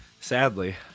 Sadly